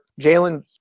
Jalen